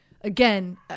again